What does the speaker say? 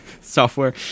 software